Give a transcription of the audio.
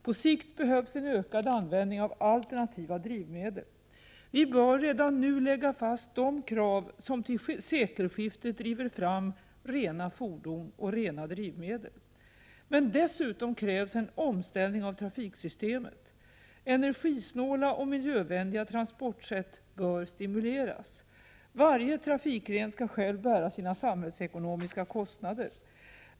På sikt behövs en ökad användning av alternativa drivmedel. Vi bör redan nu lägga fast de krav som till sekelskiftet skall driva fram rena fordon och rena drivmedel. Men dessutom krävs en omställning av trafiksystemet. Energisnåla och miljövänliga transportmedel bör stimuleras. Varje trafikgren skall bära sina samhällsekonomiska kostnader.